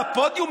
על הפודיום,